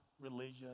religion